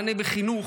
מענה בחינוך,